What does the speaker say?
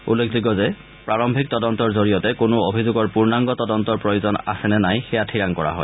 উল্লেখযোগ্য যে প্ৰাৰম্ভিক তদন্তৰ জৰিয়তে কোনো অভিযোগৰ পূৰ্ণাংগ তদন্তৰ প্ৰয়োজন আছে নে নাই সেয়া ঠিৰাং কৰা হয়